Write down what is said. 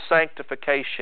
sanctification